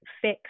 fix